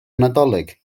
nadolig